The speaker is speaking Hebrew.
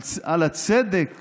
על הצדק